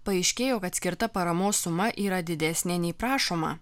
paaiškėjo kad skirta paramos suma yra didesnė nei prašoma